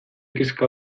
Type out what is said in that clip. kezka